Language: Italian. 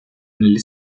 nelle